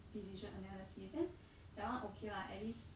decision analysis then that [one] okay lah at least